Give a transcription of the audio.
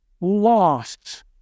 lost